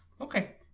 Okay